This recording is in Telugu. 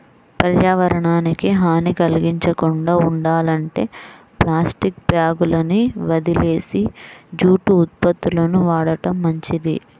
పర్యావరణానికి హాని కల్గించకుండా ఉండాలంటే ప్లాస్టిక్ బ్యాగులని వదిలేసి జూటు ఉత్పత్తులను వాడటం మంచిది